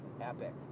epic